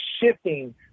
shifting